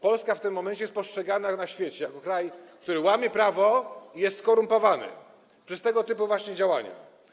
Polska w tym momencie jest postrzegana na świecie jako kraj, który łamie prawo i jest skorumpowany - właśnie przez tego typu działania.